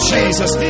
Jesus